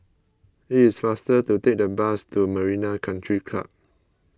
it is faster to take the bus to Marina Country Club